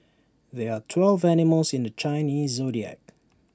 there are twelve animals in the Chinese Zodiac